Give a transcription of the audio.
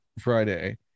Friday